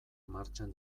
martxan